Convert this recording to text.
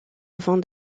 avant